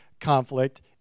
conflict